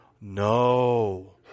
No